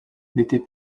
n’était